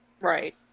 Right